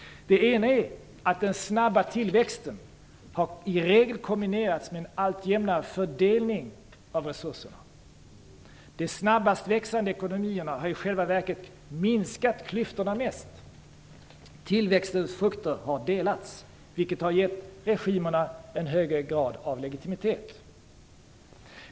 Den ena är att den snabba tillväxten i regel har kombinerats med en allt jämnare fördelning av resurserna. De snabbast växande ekonomierna har i själva verket minskat klyftorna mest. Tillväxtens frukter har delats, vilket har gett regimerna en högre grad av legitimitet.